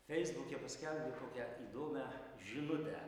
feisbuke paskelbė kokią įdomią žinutę